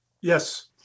Yes